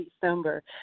December